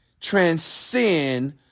Transcend